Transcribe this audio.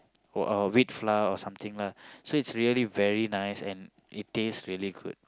wheat flour or something lah so its really very nice and it taste very good